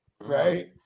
Right